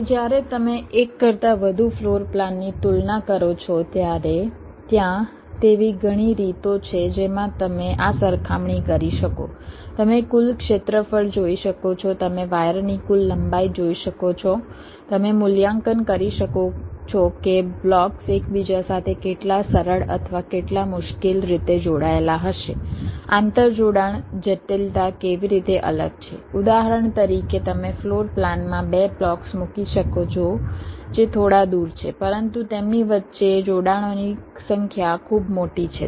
હવે જ્યારે તમે એક કરતાં વધુ ફ્લોર પ્લાનની તુલના કરો છો ત્યારે ત્યાં તેવી ઘણી રીતો છે જેમાં તમે આ સરખામણી કરી શકો તમે કુલ ક્ષેત્રફળ જોઈ શકો છો તમે વાયરની કુલ લંબાઈ જોઈ શકો છો તમે મૂલ્યાંકન કરી શકો છો કે બ્લોક્સ એકબીજા સાથે કેટલાં સરળ અથવા કેટલાં મુશ્કેલ રીતે જોડાયેલા હશે આંતરજોડાણ જટિલતા કેવી રીતે અલગ છે ઉદાહરણ તરીકે તમે ફ્લોર પ્લાનમાં બે બ્લોક્સ મૂકી શકો છો જે થોડા દૂર છે પરંતુ તેમની વચ્ચે જોડાણોની સંખ્યા ખૂબ મોટી છે